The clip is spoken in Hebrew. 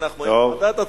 אנחנו היינו בעדת "הצופים".